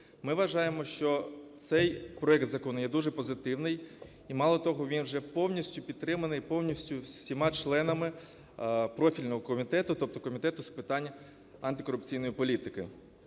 Ми вважаємо, що цей проект закону є дуже позитивний і, мало того, він вже повністю підтриманий, і повністю всіма членами профільного комітету, тобто Комітету з питань антикорупційної політики.